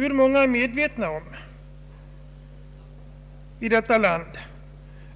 Hur många i detta land är medvetna om